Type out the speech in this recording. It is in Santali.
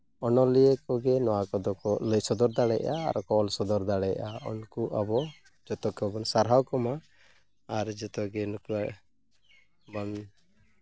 ᱚᱱᱚᱞᱤᱭᱟᱹ ᱠᱚᱜᱮ ᱱᱚᱣᱟ ᱠᱚᱫᱚ ᱠᱚ ᱞᱟᱹᱭ ᱥᱚᱫᱚᱨ ᱫᱟᱲᱮᱭᱟᱜᱼᱟ ᱟᱨ ᱠᱚ ᱚᱞ ᱥᱚᱫᱚᱨ ᱫᱟᱲᱮᱭᱟᱜᱼᱟ ᱩᱱᱠᱩ ᱟᱵᱚ ᱡᱚᱛᱚ ᱠᱚᱵᱚᱱ ᱥᱟᱨᱦᱟᱣ ᱠᱚᱢᱟ ᱟᱨ ᱡᱚᱛᱚᱜᱮ ᱱᱩᱠᱩᱣᱟᱜ ᱵᱚᱱ